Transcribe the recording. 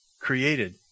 created